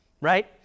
right